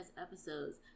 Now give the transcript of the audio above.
episodes